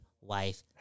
wife